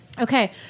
Okay